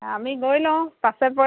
আমি গৈ লওঁ পাছে